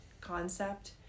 concept